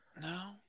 No